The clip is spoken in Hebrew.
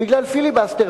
בגלל פיליבסטר.